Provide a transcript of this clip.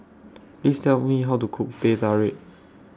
Please Tell Me How to Cook Teh Tarik